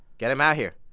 get him out here.